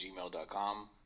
gmail.com